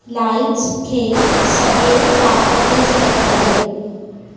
lights खे सॼे power ते सेट करियो